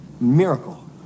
miracle